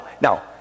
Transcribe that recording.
Now